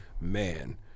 Man